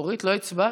אורית, לא הצבעת?